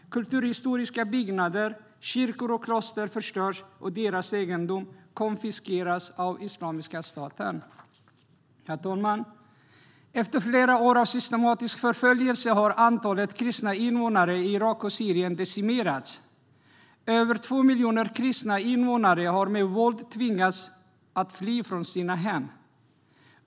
Kulturhistoriska byggnader, kyrkor och kloster förstörs och deras egendom konfiskeras av Islamiska staten. Herr talman! Efter flera år av systematisk förföljelse har antalet kristna invånare i Irak och Syrien decimerats. Över 2 miljoner kristna invånare har med våld tvingats att fly från sina hem.